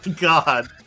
god